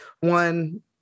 One